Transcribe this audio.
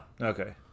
Okay